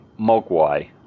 mogwai